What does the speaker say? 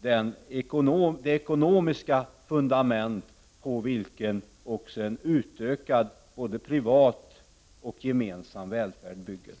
det ekonomiska fundament, på vilket en utökad, både privat och gemensam, välfärd bygger.